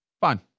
Fine